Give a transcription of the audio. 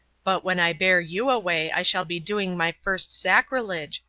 but when i bear you away i shall be doing my first sacrilege,